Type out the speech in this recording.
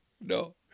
No